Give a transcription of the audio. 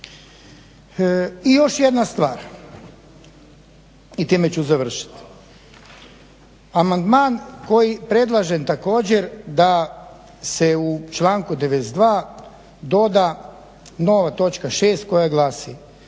I još jedna stvar i time ću završiti. Amandman koji predlažem također da se u članku 92. doda nova točka 6. koja glasi